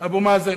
אבו מאזן